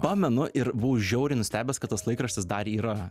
pamenu ir buvau žiauriai nustebęs kad tas laikraštis dar yra